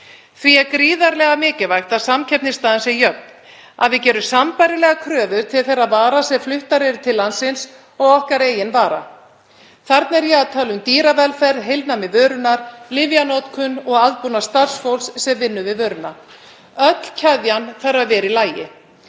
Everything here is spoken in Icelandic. Því er gríðarlega mikilvægt að samkeppnisstaðan sé jöfn, að við gerumst sambærilegar kröfur til þeirra vara sem fluttar eru til landsins og okkar eigin vara. Þarna er ég að tala um dýravelferð, heilnæmi vörunnar, lyfjanotkun og aðbúnað starfsfólks sem vinnur við vöruna. Öll keðjan þarf að vera í lagi.